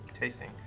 tasting